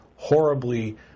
horribly